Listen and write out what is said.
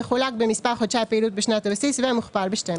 מחולק במספר חודשי הפעילות בשנת הבסיס ומוכפל ב-12,